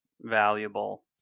valuable